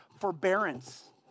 forbearance